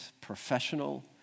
professional